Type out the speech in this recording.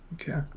Okay